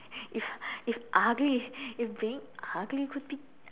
if if ugly if being ugly could be